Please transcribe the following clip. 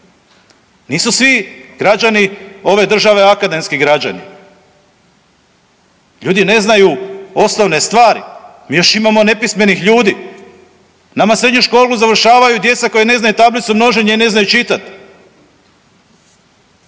Nisu svi građani ove države akademski građani. Ljudi ne znaju osnovne stvari, mi još imamo nepismenih ljudi, nama srednju školu završavaju djeca koja ne znaju tablicu množenja i ne znaju čitati.